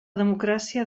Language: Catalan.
democràcia